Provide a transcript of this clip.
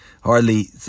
hardly